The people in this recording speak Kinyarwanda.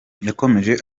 yakomeje